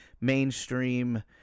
mainstream